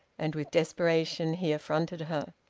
and with desperation he affronted her.